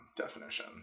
definition